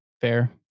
Fair